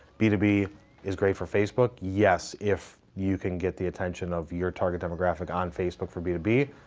b two b is great for facebook. yes, if you can get the attention of your target demographic on facebook for b two b,